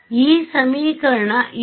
ಈ ಸಮೀಕರಣ ಇಲ್ಲಿ